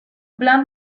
plan